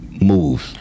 moves